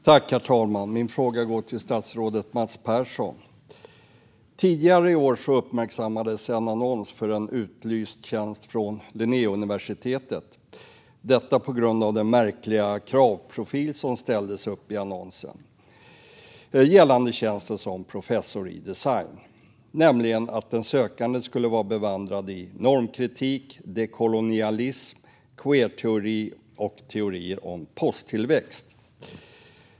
Herr talman! Min fråga går till statsrådet Mats Persson. Tidigare i år uppmärksammades en annons för en utlyst tjänst på Linnéuniversitetet, detta på grund av den märkliga kravprofil som fanns i annonsen. Annonsen gällde tjänsten som professor i design, och den sökande skulle vara bevandrad i normkritik, dekolonialism, queerteori och teorier om posttillväxt.